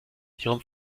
ihrem